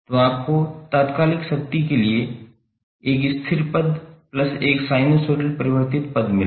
तो आपको तात्कालिक शक्ति के लिए एक स्थिर पद प्लस एक साइनुसाइडल परिवर्तित पद मिला